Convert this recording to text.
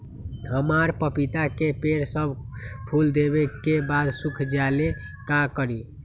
हमरा पतिता के पेड़ सब फुल देबे के बाद सुख जाले का करी?